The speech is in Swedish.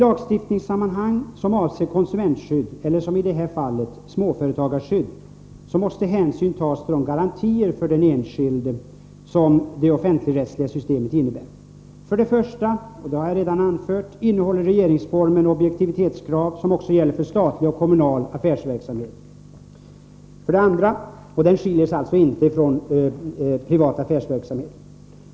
I lagstiftningssammanhang som avser konsumentskydd, eller i detta fall småföretagarskydd, måste hänsyn tas till de garantier för den enskilde som det offentligrättsliga systemet innebär. För det första — och det har jag redan anfört — innehåller regeringsformen objektivitetskrav som också gäller för statlig och kommunal affärsverksamhet. Denna skiljer sig alltså ifrån privat affärsverksamhet.